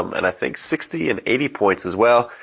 um and i think sixty and eighty points as well.